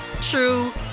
true